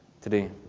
today